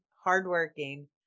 hardworking